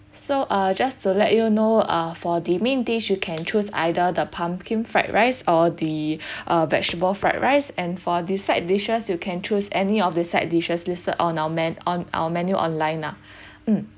so uh just to let you know uh for the main dish you can choose either the pumpkin fried rice or the uh vegetable fried rice and for the side dishes you can choose any of the side dishes listed on our me~ on our menu online lah mm